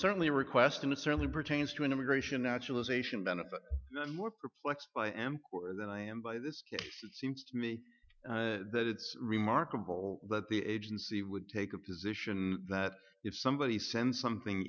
certainly a request and it certainly pertains to an immigration naturalization benefit more perplexed by amcor than i am by this it seems to me that it's remarkable that the agency would take a position that if somebody sends something